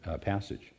passage